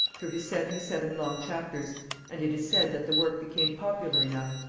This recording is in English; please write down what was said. through his seventy-seven long chapters and it is said that the work became popular enough,